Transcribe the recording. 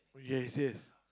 yes yes